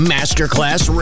Masterclass